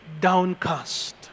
downcast